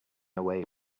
away